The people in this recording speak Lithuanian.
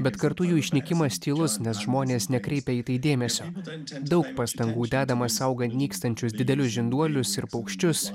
bet kartu jų išnykimas tylus nes žmonės nekreipia į tai dėmesio daug pastangų dedama saugant nykstančius didelius žinduolius ir paukščius